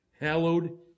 Hallowed